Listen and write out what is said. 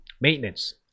maintenance